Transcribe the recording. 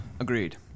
Agreed